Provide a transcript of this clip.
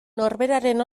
norberaren